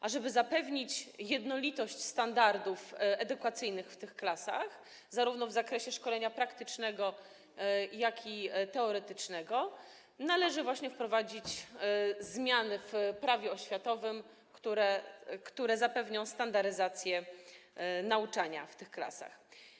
Ażeby zapewnić jednolitość standardów edukacyjnych w tych klasach, zarówno w zakresie szkolenia praktycznego, jak i teoretycznego, należy właśnie wprowadzić zmiany w Prawie oświatowym, które zapewnią standaryzację nauczania w tych klasach.